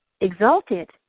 exalted